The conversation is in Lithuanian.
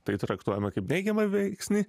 tai traktuojame kaip neigiamą veiksnį